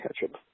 ketchup